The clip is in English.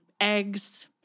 eggs